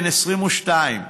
בן 22,